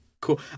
Cool